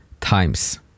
times